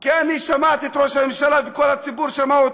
כי אני שמעתי את ראש הממשלה וכל הציבור שמע אותו